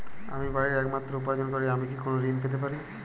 আমি বাড়িতে একমাত্র উপার্জনকারী আমি কি কোনো ঋণ পেতে পারি?